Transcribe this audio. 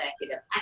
executive